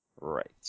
Right